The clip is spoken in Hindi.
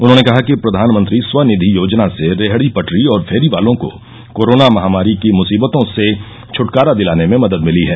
उन्होंने कहा कि प्रधानमंत्री स्व निधि योजना से रेहड़ी पटरी और फेरी वालों को कोरोना महामारी की मुसीबतों से छटकारा दिलाने में मदद मिली है